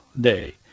day